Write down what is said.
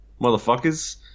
motherfuckers